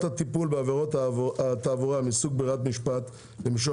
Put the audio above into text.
הטיפול בעבירות התעבורה מסוג ברירת משפט לבית משפט